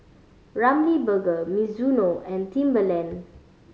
Ramly Burger Mizuno and Timberland